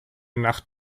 nacht